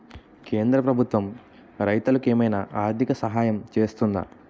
కేంద్ర ప్రభుత్వం రైతులకు ఏమైనా ఆర్థిక సాయం చేస్తుందా?